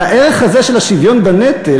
על הערך הזה של השוויון בנטל,